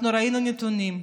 אנחנו ראינו נתונים,